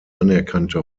anerkannte